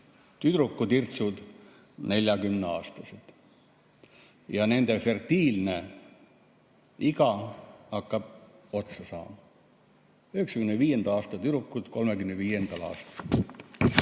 tüdrukutirtsud 40‑aastased ja nende fertiilne iga hakkab otsa saama. 1995. aasta tüdrukud 2035. aastal.